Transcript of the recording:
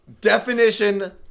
Definition